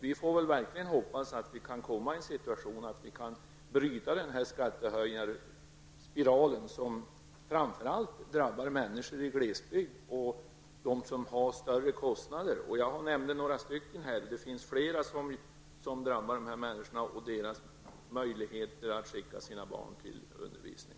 Vi får verkligen hoppas att vi kan bryta den här skattehöjningsspiralen som framför allt drabbar människor i glesbygd och dem som har större kostnader. Jag nämnde några exempel här, och det finns flera som drabbar de här människorna och deras möjligheter att skicka sina barn till undervisning.